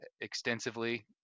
extensively